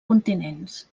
continents